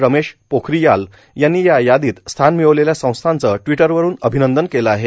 रमेश पोखरीयाल यांनी या यादीत स्थान मिळवलेल्या संस्थाचं ट्विटरवरून अभिनंदन केलं आहे